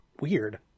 Weird